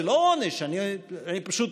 זה לא עונש, פשוט